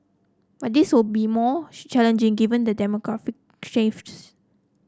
but this will be more challenging given demographic